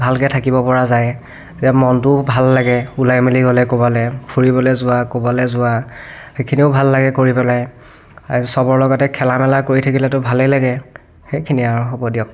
ভালকৈ থাকিব পৰা যায় তেতিয়া মনটোও ভাল লাগে ওলাই মেলি গ'লে ক'বালৈ ফুৰিবলৈ যোৱা ক'বালৈ যোৱা সেইখিনিও ভাল লাগে কৰি পেলাই চবৰ লগতে খেলা মেলা কৰি থাকিলেটো ভালে লাগে সেইখিনিয়ে আৰু হ'ব দিয়ক